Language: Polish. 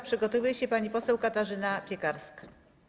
Przygotowuje się pani poseł Katarzyna Piekarska.